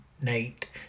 Nate